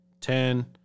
Ten